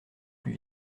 plus